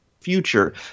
future